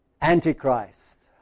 Antichrist